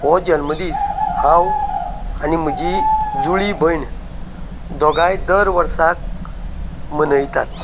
हो जल्मदीस हांव आनी म्हजी जुळी भयण दोगांय दर वर्साक मनयतात